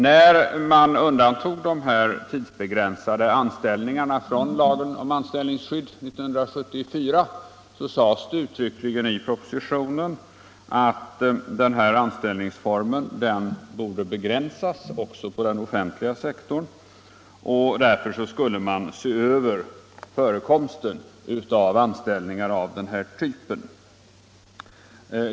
När man undantog dessa tidsbegränsade anställningar från lagen om anställningsskydd 1974 sades det uttryckligen i propositionen att den här anställningsformen borde begränsas också på den offentliga sektorn, och därför skulle man se över förekomsten av sådana här anställningar.